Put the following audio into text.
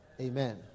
amen